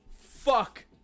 fuck